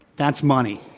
that's money.